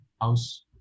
house